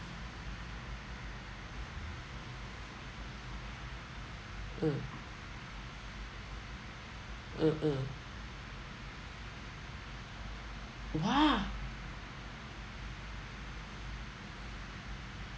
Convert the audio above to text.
uh uh uh !wah!